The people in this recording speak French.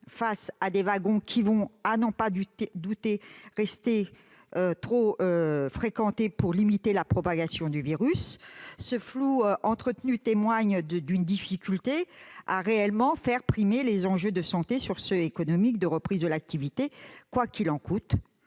quand les wagons, à n'en pas douter, vont rester trop fréquentés pour limiter la propagation du virus ? Ce flou entretenu témoigne d'une difficulté à faire réellement primer les enjeux de santé sur les enjeux économiques de reprise de l'activité « quoi qu'il en coûte